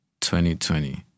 2020